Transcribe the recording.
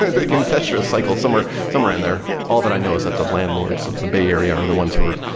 and that can set your cycle somewhere somewhere in there. all that i know is that the landlords of the bay area are the ones who are